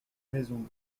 maison